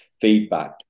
feedback